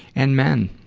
and men.